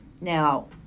Now